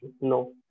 No